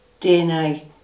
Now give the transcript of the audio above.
DNA